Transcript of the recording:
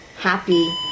happy